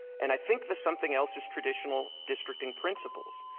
and i think the something else is traditional districting principles.